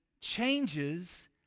changes